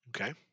Okay